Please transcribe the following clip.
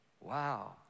wow